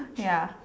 ya